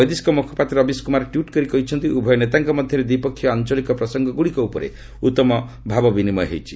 ବୈଦେଶିକ ମୁଖପାତ୍ର ରବିଶ କୁମାର ଟ୍ୱିଟ୍ କରି କହିଛନ୍ତି ଉଭୟ ନେତାଙ୍କ ମଧ୍ୟରେ ଦ୍ୱିପକ୍ଷିୟ ଓ ଆଞ୍ଚଳିକ ପ୍ରସଙ୍ଗଗୁଡ଼ିକ ଉପରେ ଉତ୍ତମ ଭାବବିନିମୟ ହୋଇଛି